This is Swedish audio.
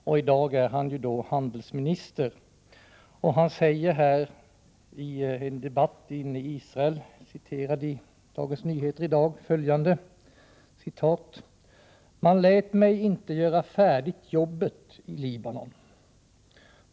Och i dag är han handelsminister. I en debatt i Israel säger han, enligt Dagens Nyheter: ”Man lät mig inte göra färdigt jobbet i Libanon.